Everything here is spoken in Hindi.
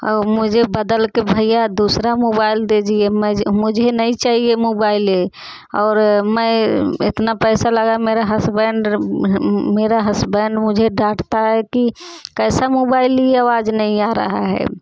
और मुझे बदल के भैया दूसरा मोबाइल दीजिए मझे मुझे नहीं चाहिए मोबाइल ये और मैं इतना पैसा लगा मेरे हस्बैंड मेरा हस्बैंड मुझे डांटता है कि कैसा मोबाइल ली आवाज नहीं आ रहा है